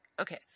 Okay